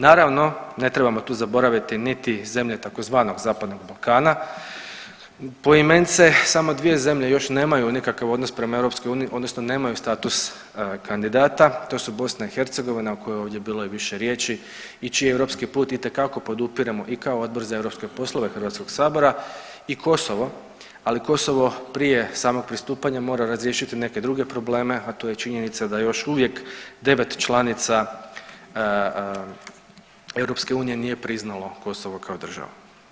Naravno, ne trebamo tu zaboraviti niti zemlje tzv. Zapadnog Balkana, poimence samo dvije zemlje još nemaju nikakav odnos prema EU odnosno nemaju status kandidata, to su BiH o kojoj je ovdje bilo i više riječi i čiji europski put itekako podupiremo i kao Odbor za eu poslove HS-a i Kosovo, ali Kosovo prije samog pristupanja mora razriješiti neke druge probleme, a to je činjenica da još uvijek devet članica EU nije priznalo Kosovo kao državu.